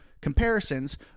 comparisons